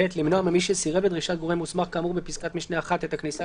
(ב)למנוע ממי שסירב לדרישת גורם מוסמך כאמור בפסקת משנה (1) את הכניסה